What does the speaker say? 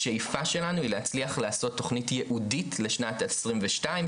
השאיפה שלנו היא להצליח לעשות תכנית ייעודית לשנת 2022,